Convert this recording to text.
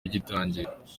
gitangiye